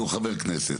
הוא חבר כנסת.